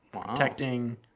protecting